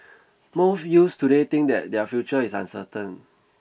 most youths today think that their future is uncertain